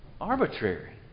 arbitrary